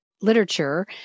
literature